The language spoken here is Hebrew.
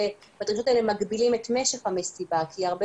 בדרישות שלנו אנחנו מגבילים את משך המסיבה כי הרבה